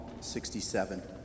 67